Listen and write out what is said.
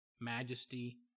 majesty